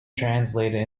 translated